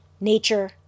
nature